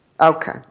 Okay